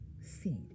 seed